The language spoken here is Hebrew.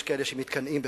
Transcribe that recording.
יש כאלה שמתקנאים בך,